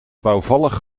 bouwvallig